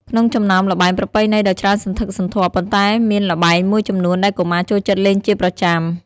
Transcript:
ក្នុងចំណោមល្បែងប្រពៃណីដ៏ច្រើនសន្ធឹកសន្ធាប់ ប៉ុន្តែមានល្បែងមួយចំនួនដែលកុមារចូលចិត្តលេងជាប្រចាំ។